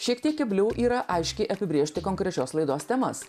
šiek tiek kebliau yra aiškiai apibrėžti konkrečios laidos temas